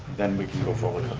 then we can go forward